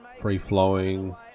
free-flowing